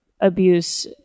abuse